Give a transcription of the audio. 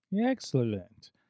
Excellent